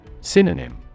Synonym